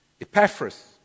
Epaphras